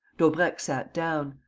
daubrecq sat down.